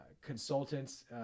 consultants